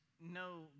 no